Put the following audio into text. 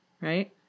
right